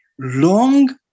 long